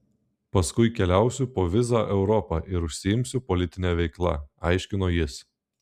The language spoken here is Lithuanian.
paskui keliausiu po vizą europą ir užsiimsiu politine veikla aiškino jis